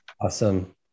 Awesome